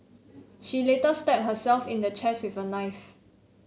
she later stabbed herself in the chest with a knife